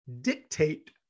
dictate